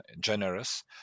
generous